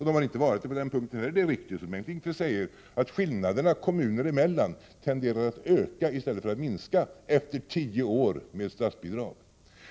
Det har inte heller varit så. Det är riktigt som Bengt Lindqvist säger att skillnaderna kommuner emellan tenderar att öka att i stället för att minska efter tio år med statsbidrag.